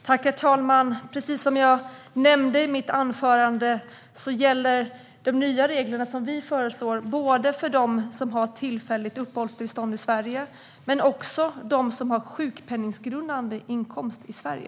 Herr talman! Precis som jag nämnde i mitt anförande gäller de nya regler som vi föreslår både för dem som har tillfälligt uppehållstillstånd i Sverige och för dem som inte har sjukpenninggrundande inkomst i Sverige.